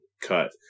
cut